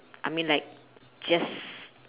I mean like just